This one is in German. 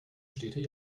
städte